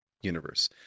universe